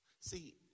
See